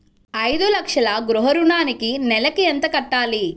ఐదు లక్షల గృహ ఋణానికి నెలకి ఎంత కట్టాలి?